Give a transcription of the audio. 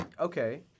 Okay